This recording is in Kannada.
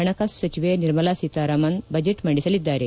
ಹಣಕಾಸು ಸಚಿವೆ ನಿರ್ಮಲಾ ಸೀತಾರಾಮನ್ ಬಜೆಟ್ ಮಂಡಿಸಲಿದ್ದಾರೆ